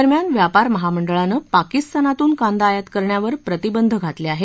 दरम्यान व्यापार महामंडळानं पाकिस्तानातून कांदा आयात करण्यावर प्रतिबंध घातले आहेत